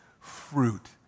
fruit